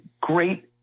great